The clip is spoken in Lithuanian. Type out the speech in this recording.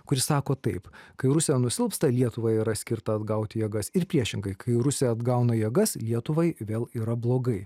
kuris sako taip kai rusija nusilpsta lietuva yra skirta atgauti jėgas ir priešingai kai rusija atgauna jėgas lietuvai vėl yra blogai